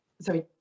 Sorry